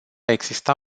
exista